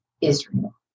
Israel